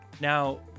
Now